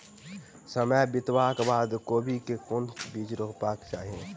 समय बितबाक बाद कोबी केँ के बीज रोपबाक चाहि?